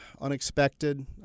unexpected